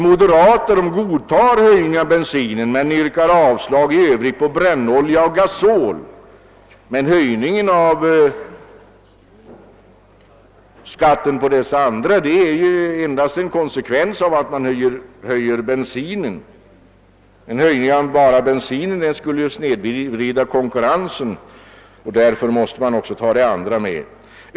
Moderaterna godtar höjningen av bensinskatten men yrkar avslag på skattehöjningen för brännolja och gasol. Höjningen av skatten på de sistnämnda punkterna är emellertid endast en konsekvens av höjningen av bensinskatten. En höjning för bara bensinen skulle ju snedvrida konkurrensen, och därför måste man också ta med de andra.